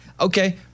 Okay